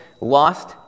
lost